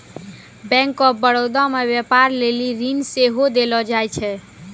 bank of Baroda मे व्यपार लेली ऋण सेहो देलो जाय छै